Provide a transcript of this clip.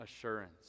assurance